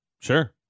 Sure